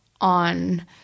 on